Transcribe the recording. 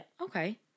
Okay